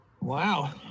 Wow